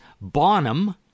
Bonham